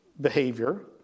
behavior